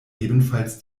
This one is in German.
ebenfalls